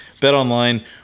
BetOnline